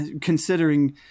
considering